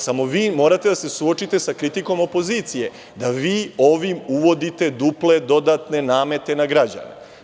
Samo, vi morate da se suočite sa kritikom opozicije – da vi ovim uvodite duple dodatne namete na građane.